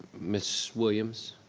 miss williams?